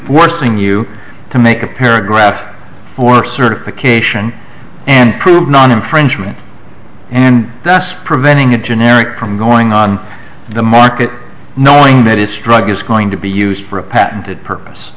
forcing you to make a paragraph or certification and prove non infringement and thus preventing a generic from going on the market knowing that its drug is going to be used for a patented purpose